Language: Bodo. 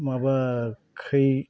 माबा खै